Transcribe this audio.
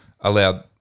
allowed